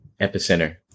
epicenter